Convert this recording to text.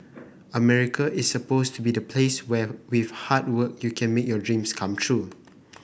America is supposed to be the place where with hard work you can make your dreams come true